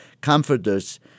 comforters